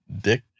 Dick